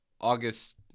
August –